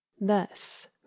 Thus